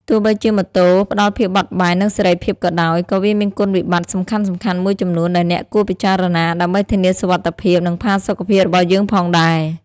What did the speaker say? ទោះបីជាម៉ូតូផ្ដល់ភាពបត់បែន និងសេរីភាពក៏ដោយ ក៏វាមានគុណវិបត្តិសំខាន់ៗមួយចំនួនដែលអ្នកគួរពិចារណា ដើម្បីធានាសុវត្ថិភាព និងផាសុកភាពរបស់យើងផងដែរ។